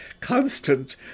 constant